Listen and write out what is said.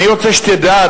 אני רוצה שתדע,